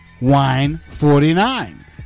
Wine49